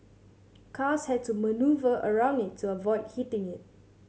cars had to manoeuvre around it to avoid hitting it